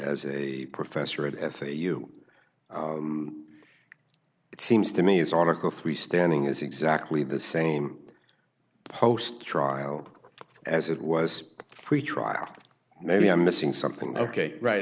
as a professor of f a you it seems to me is article three standing is exactly the same post trial as it was pretrial maybe i'm missing something ok right